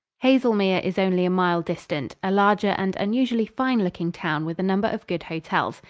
haselmere is only a mile distant a larger and unusually fine-looking town with a number of good hotels.